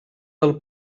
del